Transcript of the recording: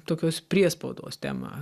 tokios priespaudos tema